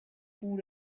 food